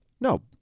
no